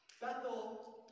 Bethel